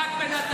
זה רק בן אדם.